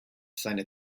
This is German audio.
seine